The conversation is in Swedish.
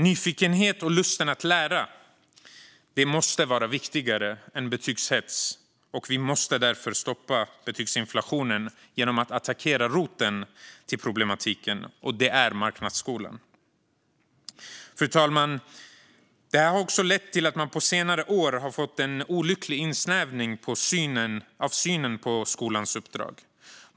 Nyfikenhet och lust att lära måste vara viktigare än betygshets. Vi måste därför stoppa betygsinflationen genom att attackera roten till problematiken, och det är marknadsskolan. Fru talman! Detta har också lett till att man på senare år har fått en olycklig insnävning av synen på skolans uppdrag.